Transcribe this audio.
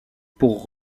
pour